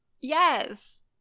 yes